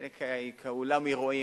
אולם אירועים,